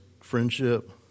friendship